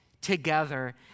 together